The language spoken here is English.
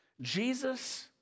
Jesus